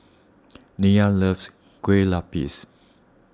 Nyla loves Kueh Lapis